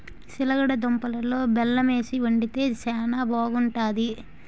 సిలగడ దుంపలలో బెల్లమేసి వండితే శానా బాగుంటాది